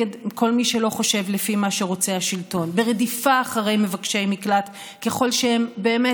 אשר אפשר לי ללמוד בהתאם לאורחות חיי כסטודנט חרדי ובהפרדה,